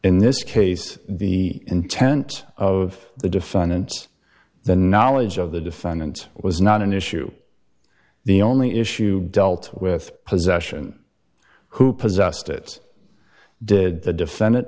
in this case the intent of the defendant the knowledge of the defendant was not an issue the only issue dealt with possession who possessed it did the defendant